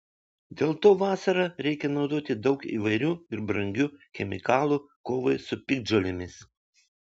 dėl to vasarą reikia naudoti daug įvairių ir brangių chemikalų kovai su piktžolėmis